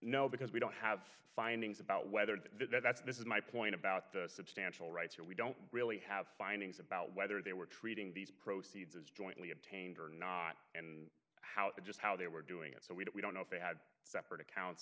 no because we don't have findings about whether that's this is my point about the substantial rights or we don't really have findings about whether they were treating these proceeds jointly obtained or not and how it just how they were doing it so we don't know if they had separate accounts